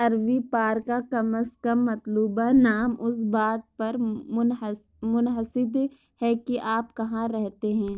Aruvi park کا کم از کم مطلوبہ نام اس بات پر منحص منحصر ہے کہ آپ کہاں رہتے ہیں